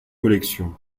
collections